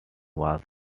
was